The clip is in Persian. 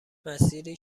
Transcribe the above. مسیری